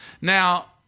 Now